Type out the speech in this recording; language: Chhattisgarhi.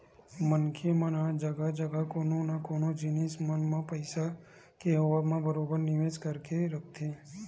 मनखे मन ह जघा जघा कोनो न कोनो जिनिस मन म पइसा के होवब म बरोबर निवेस करके रखथे